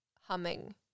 humming